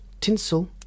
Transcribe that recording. Tinsel